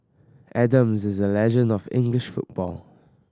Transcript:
Adams is a legend of English football